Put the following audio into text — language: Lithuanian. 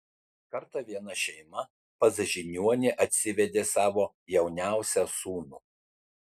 kartą viena šeima pas žiniuonį atsivedė savo jauniausią sūnų